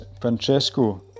Francesco